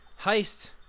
heist